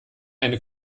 eine